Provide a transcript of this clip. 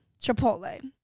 Chipotle